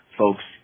folks